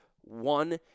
one